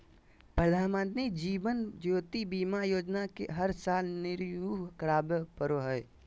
प्रधानमंत्री जीवन ज्योति बीमा योजना के हर साल रिन्यू करावे पड़ो हइ